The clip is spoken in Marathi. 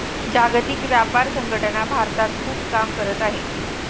जागतिक व्यापार संघटना भारतात खूप काम करत आहे